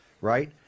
right